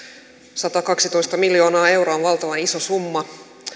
satakaksitoista miljoonaa euroa on valtavan iso summa